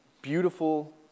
beautiful